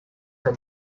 her